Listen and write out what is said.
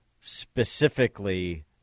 specifically